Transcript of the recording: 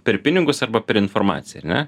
per pinigus arba per informaciją ar ne